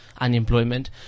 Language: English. unemployment